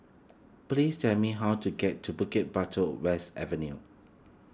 please tell me how to get to Bukit Batok West Avenue